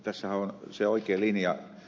tässähän on se oikea linja